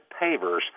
pavers